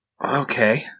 Okay